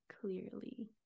clearly